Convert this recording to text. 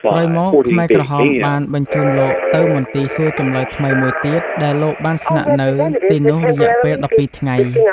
ក្រោយមក ខ្មែរក្រហមបានបញ្ជូនលោកទៅមន្ទីរសួរចម្លើយថ្មីមួយទៀត ដែលលោកបានស្នាក់នៅទីនោះរយៈពេល ១២ ថ្ងៃ។